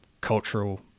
cultural